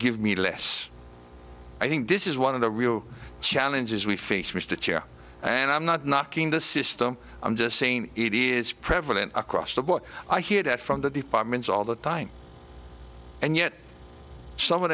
give me less i think this is one of the real challenges we face mr chair and i'm not knocking the system i'm just saying it is prevalent across the board i hear that from the departments all the time and yet some of